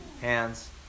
hands